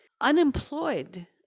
unemployed